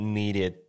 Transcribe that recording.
needed